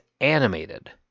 animated